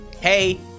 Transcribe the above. hey